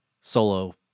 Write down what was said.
solo